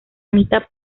anita